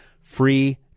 free